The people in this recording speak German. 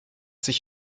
sich